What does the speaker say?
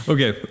Okay